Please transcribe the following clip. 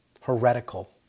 heretical